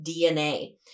DNA